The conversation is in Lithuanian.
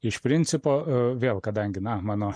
iš principo vėl kadangi na mano